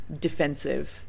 defensive